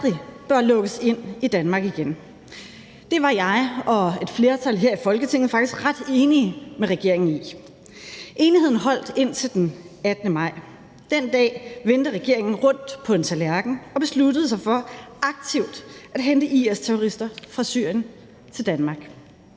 aldrig bør lukkes ind i Danmark igen. Det var jeg og et flertal her i Folketinget faktisk ret enige med regeringen i. Enigheden holdt indtil den 18. maj. Den dag vendte regeringen rundt på en tallerken og besluttede sig for aktivt at hente IS-terrorister fra Syrien til Danmark.